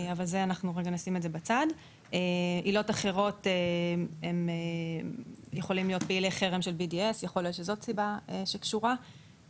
גם העילה של פעילי חרם של BDS יכולה להיות סיבה שקשורה.